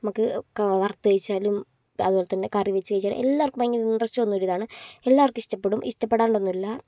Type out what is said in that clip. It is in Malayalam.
നമുക്ക് വറുത്ത് കഴിച്ചാലും അതുപോലെത്തന്നെ കറിവെച്ച് കഴിച്ചാലും എല്ലാവർക്കും ഭയങ്കര ഒരു ഇൻട്രസ്റ്റ് തോന്നുന്ന ഇതാണ് എല്ലാവർക്കും ഇഷ്ടപ്പെടും ഇഷ്ടപ്പെടാണ്ടൊന്നുമില്ല